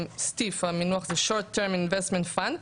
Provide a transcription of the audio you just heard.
stif המינוח הואshort term investment fund,